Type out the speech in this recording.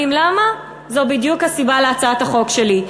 זו בדיוק הסיבה להצעת החוק שלי,